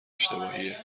اشتباهیه